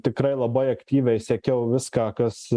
tikrai labai aktyviai sekiau viską kas